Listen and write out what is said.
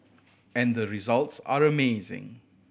and the results are amazing